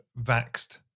Vaxed